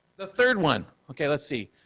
the third one. okay, let's see,